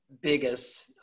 Biggest